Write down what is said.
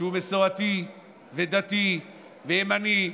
מסורתי ודתי וימני,